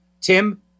Tim